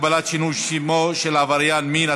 הגבלת שינוי שמו של עבריין מין),